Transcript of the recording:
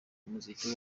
umuziki